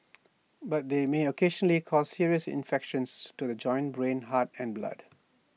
but they may occasionally cause serious infections to the joints brain heart and blood